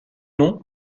nom